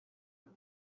with